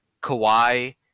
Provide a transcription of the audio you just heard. Kawhi